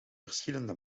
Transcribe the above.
verschillende